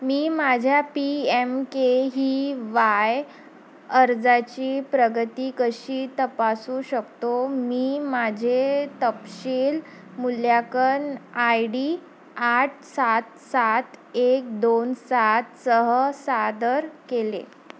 मी माझ्या P M K V Y अर्जाची प्रगती कशी तपासू शकतो मी माझे तपशील मूल्यांकन आय डी आठ सात सात एक दोन सातसह सादर केले